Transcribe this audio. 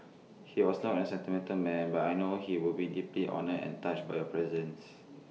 he was not A sentimental man but I know he would be deeply honoured and touched by your presence